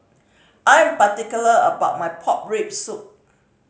I am particular about my pork rib soup